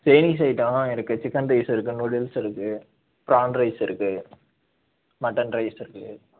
Chinese ஐட்டம்லாம் இருக்குது chicken rice இருக்கு நூடுல்ஸ் இருக்குது ப்ரான் ரைஸ் இருக்குது மட்டன் ரைஸ் இருக்குது